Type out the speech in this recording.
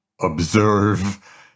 observe